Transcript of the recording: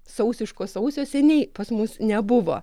sausiško sausio seniai pas mus nebuvo